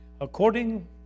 according